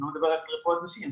ואני לא מדבר רק על רפואת נשים,